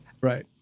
Right